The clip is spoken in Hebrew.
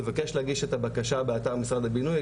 תבקש להגיש את הבקשה באתר משרד הבינוי,